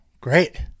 great